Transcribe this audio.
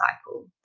cycle